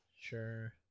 Sure